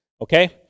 okay